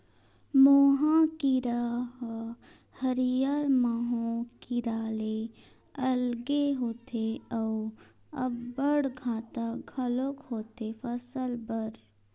मोहा कीरा ह हरियर माहो कीरा ले अलगे होथे अउ अब्बड़ घातक घलोक होथे फसल बर